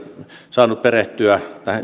saanut perehtyä